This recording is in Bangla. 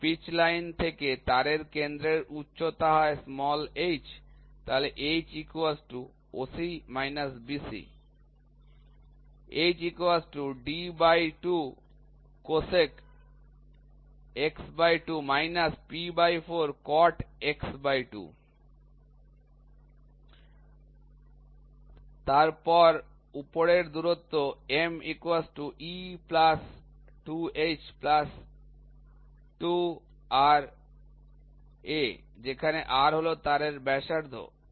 যদি পিচ লাইন থেকে তারের কেন্দ্রের উচ্চতা হয় h তাহলে h OC BC তার এর উপরের দূরত্ব M E 2h 2r যেখানে r হল তারের ব্যাসার্ধ